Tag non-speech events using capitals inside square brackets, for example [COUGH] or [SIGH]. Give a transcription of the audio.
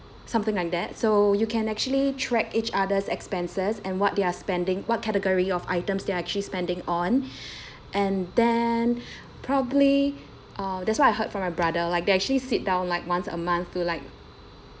something like that so you can actually track each other's expenses and what they are spending what category of items they are actually spending on [BREATH] and then [BREATH] probably uh that's what I heard from my brother like they actually sit down like once a month to like